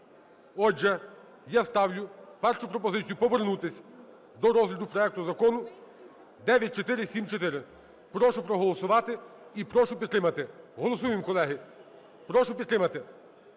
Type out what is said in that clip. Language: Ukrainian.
Отже, я ставлю першу пропозицію: повернутись до розгляду проекту Закону 9474. Прошу проголосувати і прошу підтримати. Голосуємо, колеги. Прошу підтримати.